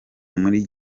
muri